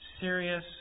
serious